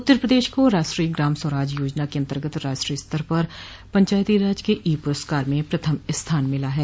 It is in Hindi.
उत्तर प्रदेश को राष्ट्रीय ग्राम स्वराज योजना के अंतर्गत राष्ट्रीय स्तर पर पंचायती राज के ई पुरस्कार में प्रथम स्थान मिला है